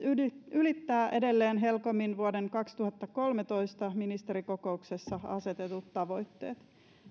ylittää edelleen helcomin vuoden kaksituhattakolmetoista ministerikokouksessa asetetut tavoitteet